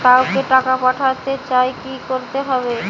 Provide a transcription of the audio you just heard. কাউকে টাকা পাঠাতে চাই কি করতে হবে?